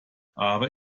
aber